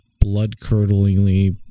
Blood-curdlingly